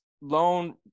loan